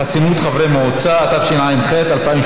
אורחים,